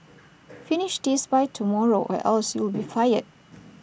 finish this by tomorrow or else you'll be fired